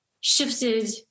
shifted